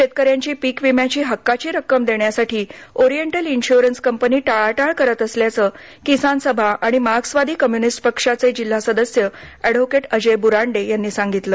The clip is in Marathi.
शेतकऱ्यांची पीकविम्याची हक्काची रक्कम देण्यासाठी ओरिएंटल इन्श्रन्स कंपनी टाळाटाळ करत असल्याचं किसानसभा आणि मार्क्सवादी कम्युनिस्ट पक्षाचे जिल्हा सदस्य अँडव्होकेट अजय ब्रांडे यांनी सांगितलं